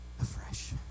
afresh